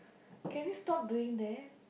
can you stop doing that